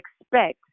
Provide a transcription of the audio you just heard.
expect